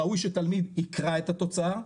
ראוי שתלמיד יקרא את התוצאה,